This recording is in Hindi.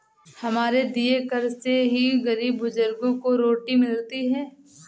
हमारे दिए कर से ही गरीब बुजुर्गों को रोटी मिलती है